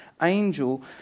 angel